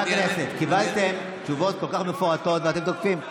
קיבלתם תשובות כל כך מפורטות, ואתם תוקפים.